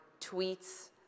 tweets